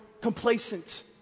complacent